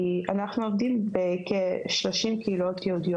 כי אנחנו עובדים בכ-30 קהילות יהודיות